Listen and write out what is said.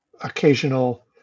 occasional